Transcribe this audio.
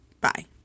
bye